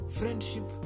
friendship